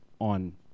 on